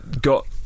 got